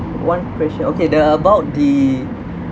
one question okay the about the